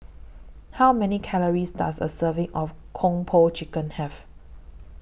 How Many Calories Does A Serving of Kung Po Chicken Have